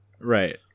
Right